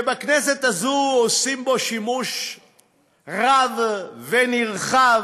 שבכנסת הזאת עושים בו שימוש רב ונרחב,